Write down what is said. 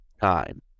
time